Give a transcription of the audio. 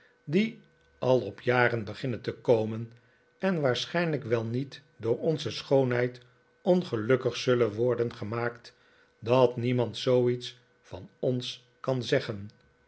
die al op jaren beginnen te komen en waarschijnlijk wel niet door onze schoonheid ongelukkig zullen worden gemaakt dat niemand zoo iets van ons kan zeggen